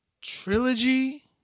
Trilogy